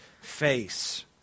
face